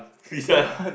Bishan